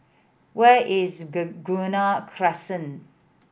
where is Begonia Crescent